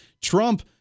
Trump